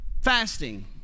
fasting